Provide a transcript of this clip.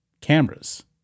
cameras